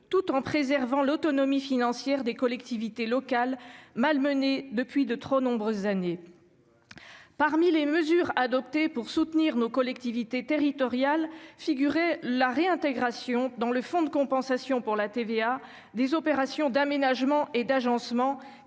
tout en préservant l'autonomie financière des collectivités locales, malmenée depuis de trop nombreuses années. Eh oui ... Parmi les mesures adoptées pour soutenir nos collectivités territoriales figurait la réintégration dans le fonds de compensation pour la taxe sur la valeur ajoutée (FCTVA) des opérations d'aménagement et d'agencement,